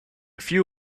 few